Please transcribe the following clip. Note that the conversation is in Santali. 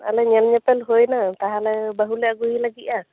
ᱟᱞᱮ ᱧᱮᱞ ᱧᱮᱯᱮᱞ ᱦᱩᱭᱮᱱᱟ ᱛᱟᱦᱚᱞᱮ ᱵᱟᱹᱦᱩ ᱞᱮ ᱟᱹᱜᱩᱭᱮ ᱞᱟᱹᱜᱤᱫᱼᱟ